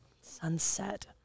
Sunset